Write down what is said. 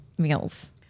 Meals